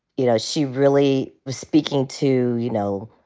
you know, she really was speaking to, you know,